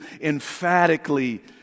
emphatically